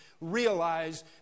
realize